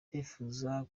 ndifuza